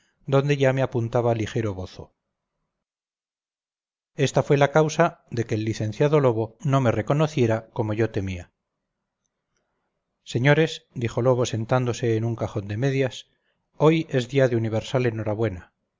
donde ya me apuntaba ligero bozo estafue la causa de que el licenciado lobo no me reconociera como yo temía señores dijo lobo sentándose en un cajón de medias hoy es día de universal enhorabuena